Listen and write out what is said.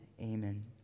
Amen